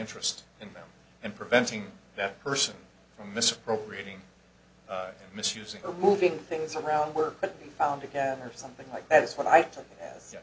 interest in them and preventing that person from misappropriating misusing are moving things around were found a cat or something like that is what i mea